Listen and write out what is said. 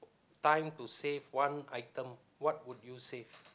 time to save one item what would you save